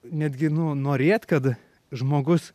netgi nu norėt kad žmogus